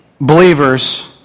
believers